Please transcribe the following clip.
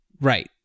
Right